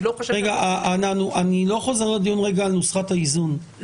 אני לא חושבת --- אני לא חוזר לדיון על נוסחת האיזון,